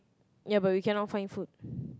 never we cannot find food